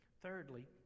Thirdly